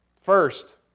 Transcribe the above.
first